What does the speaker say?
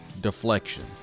Deflection